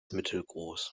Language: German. mittelgroß